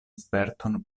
sperton